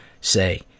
say